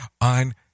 on